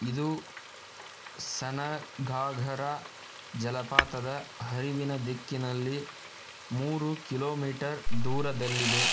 ಇದು ಸನಗಾಗರ ಜಲಪಾತದ ಹರಿವಿನ ದಿಕ್ಕಿನಲ್ಲಿ ಮೂರು ಕಿಲೋಮೀಟರ್ ದೂರದಲ್ಲಿದೆ